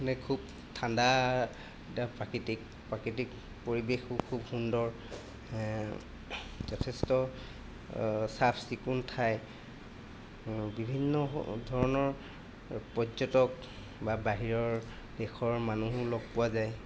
মানে খুব ঠাণ্ডা এটা প্ৰাকৃতিক প্ৰাকৃতিক পৰিৱেশো খুব সুন্দৰ যথেষ্ট চাফ চিকুণ ঠাই বিভিন্ন ধৰণৰ পৰ্যটক বা বাহিৰৰ দেশৰ মানুহো লগ পোৱা যায়